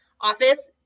office